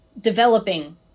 developing